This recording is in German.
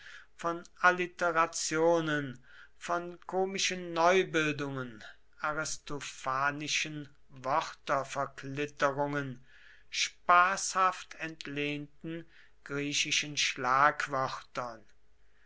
von alliterationen von komischen neubildungen aristophanischen wörterverklitterungen spaßhaft entlehnten griechischen